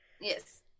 Yes